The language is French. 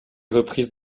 reprises